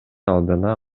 алдына